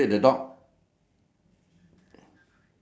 ah circle float float and the lady lah